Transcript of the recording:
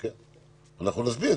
אנחנו נסביר,